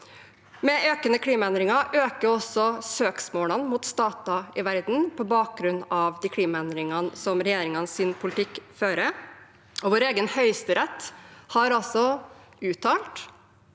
Med økende klimaendringer øker også søksmålene mot stater i verden på bakgrunn av de klimaendringene som regjeringens politikk fører, og vår egen Høyesterett har uttalt